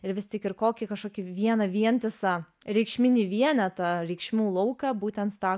ir vis tik ir kokį kažkokį vieną vientisą reikšminį vienetą reikšmių lauką būtent tą